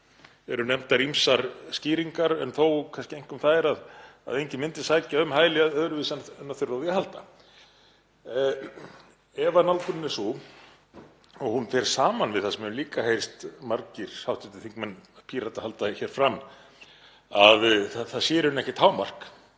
eru nefndar ýmsar skýringar en þó kannski einkum þær að enginn myndi sækja um hæli öðruvísi en að þurfa á því að halda. Ef nálgunin er sú og hún fer saman við það sem mér hefur líka heyrst margir hv. þingmenn Pírata halda hér fram, að það sé í rauninni ekkert hámark,